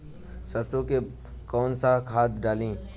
सरसो में कवन सा खाद डाली?